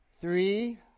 three